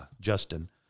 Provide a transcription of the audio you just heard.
Justin